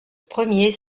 premier